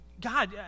God